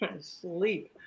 Sleep